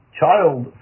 child